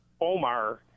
Omar